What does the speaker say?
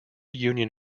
union